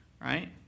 right